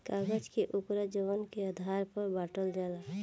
कागज के ओकरा वजन के आधार पर बाटल जाला